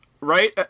Right